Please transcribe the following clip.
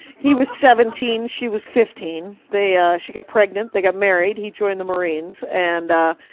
he was seventeen, she was fifteen. they ah. she got pregnant, they got married. he joined the marines and ah,